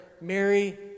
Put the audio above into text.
Mary